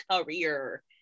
career